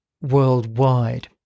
worldwide